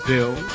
Bill